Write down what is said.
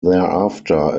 thereafter